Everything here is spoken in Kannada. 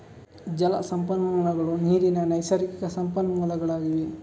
ಜಲ ಸಂಪನ್ಮೂಲಗಳು ನೀರಿನ ನೈಸರ್ಗಿಕ ಸಂಪನ್ಮೂಲಗಳಾಗಿವೆ